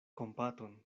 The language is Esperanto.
kompaton